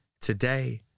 Today